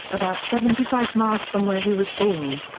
about seventy five miles from where he was born.